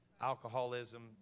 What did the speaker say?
alcoholism